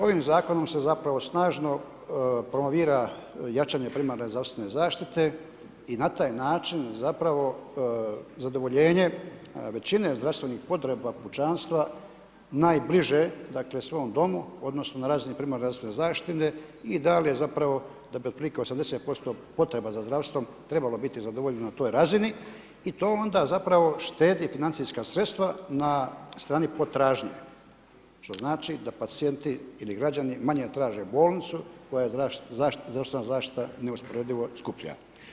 Ovim zakonom se zapravo snažno promovira jačanje primarne zdravstvene zaštite i na taj način zapravo zadovoljenje većine zdravstvenih potreba kućanstva najbliže svom domu odnosno na razini primarne zdravstvene zaštite, ideal je zapravo da bi otprilike 80% potreba za zdravstvom trebalo biti zadovoljeno na toj razini i to onda štedi zapravo štedi financijska sredstva na strani potražnje što znači da pacijenti ili građani manje traže bolnicu kojoj zdravstvena zaštita ... usporedivo skuplja.